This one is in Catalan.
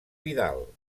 vidal